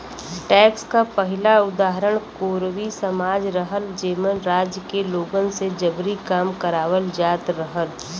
tax क पहिला उदाहरण कोरवी समाज रहल जेमन राज्य के लोगन से जबरी काम करावल जात रहल